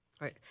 Right